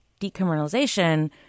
decriminalization